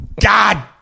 God